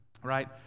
right